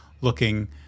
looking